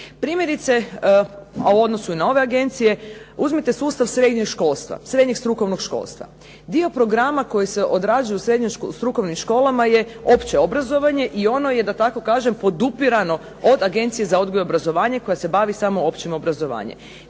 Primjerice, a u odnosu na ove agencije, uzmite sustav srednjeg školstva, srednjeg strukovnog školstva. Dio programa koji se odrađuje u srednjim strukovnim školama je opće obrazovanje i ono je, da tako kažem, podupirano od Agencije za odgoj i obrazovanje koja se bavi samo općim obrazovanjem.